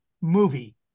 movie